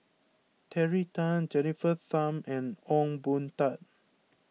Terry Tan Jennifer Tham and Ong Boon Tat